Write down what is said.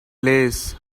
lace